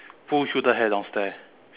push her downstairs